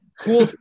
Cool